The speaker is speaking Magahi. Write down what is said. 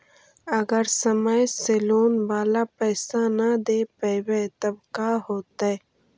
अगर समय से लोन बाला पैसा न दे पईबै तब का होतै?